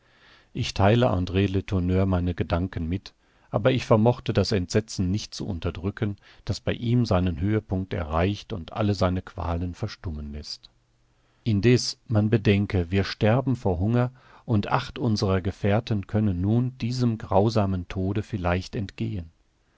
ich theile andr letourneur meine gedanken mit aber ich vermochte das entsetzen nicht zu unterdrücken das bei ihm seinen höhepunkt erreicht und alle seine qualen verstummen läßt indeß man bedenke wir sterben vor hunger und acht unserer gefährten können nun diesem grausamen tode vielleicht entgehen